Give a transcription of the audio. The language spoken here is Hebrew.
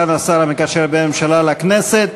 סגן השר המקשר בין הממשלה לכנסת.